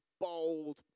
bold